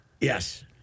Yes